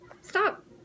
stop